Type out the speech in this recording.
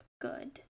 good